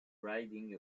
riding